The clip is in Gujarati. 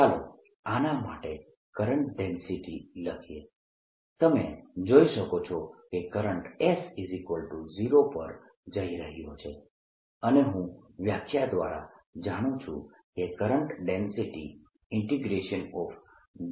ચાલો આના માટે કરંટ ડેન્સિટી લખીએ તમે જોઈ શકો છો કે કરંટ S0 પર જઇ રહ્યો છે અને હું વ્યાખ્યા દ્વારા જાણું છું કે કરંટ ડેન્સિટી J